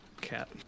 Cat